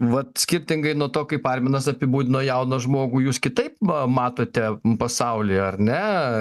vat skirtingai nuo to kaip arminas apibūdino jauną žmogų jūs kitaip va matote pasaulį ar ne